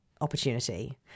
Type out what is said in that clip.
opportunity